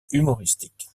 humoristique